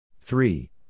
Three